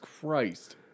Christ